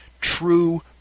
true